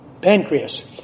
pancreas